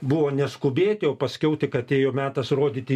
buvo neskubėti o paskiau tik atėjo metas rodyti